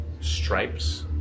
stripes